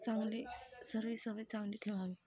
चांगली सर्व सवय चांगली ठेवावी